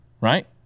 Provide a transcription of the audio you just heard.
right